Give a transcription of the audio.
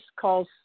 calls